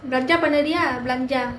belanjar பண்ணுறியா:pannuriyaa belanjar